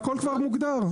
והכול כבר מוגדר.